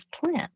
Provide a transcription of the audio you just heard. plant